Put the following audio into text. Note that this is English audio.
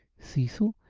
cecil,